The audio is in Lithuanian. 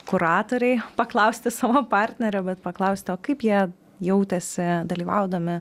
kuratorei paklausti savo partnerių bet paklausti kaip jie jautėsi dalyvaudami